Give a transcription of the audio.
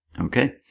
Okay